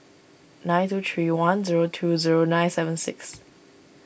nine two three one zero two zero nine seven six